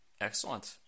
Excellent